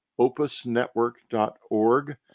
opusnetwork.org